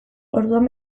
orduan